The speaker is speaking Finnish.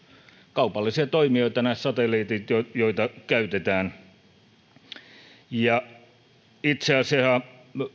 kaupallisia toimijoita nämä satelliitit joita joita käytetään itse asiassa